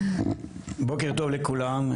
בוקר טוב לכולם,